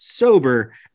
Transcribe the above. sober